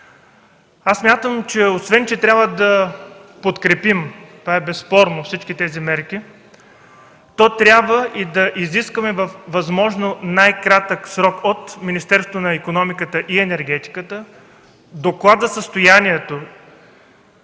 Смятам освен че трябва да подкрепим всички тези мерки – това е безспорно, но трябва и да изискаме във възможно най-кратък срок от Министерството на икономиката и енергетиката доклад за състоянието